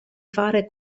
fare